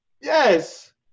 Yes